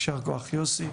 ישר כוח יוסי.